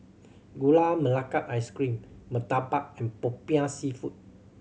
Gula Melaka Ice Cream murtabak and Popiah Seafood